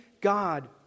God